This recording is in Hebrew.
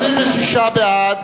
בעד,